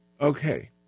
Okay